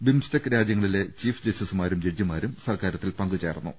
BIMSTEC രാജ്യങ്ങളിലെ chief ജസ്റ്റിസുമാരും judge മാരും സൽക്കാരത്തിൽ പങ്കുചേർന്നു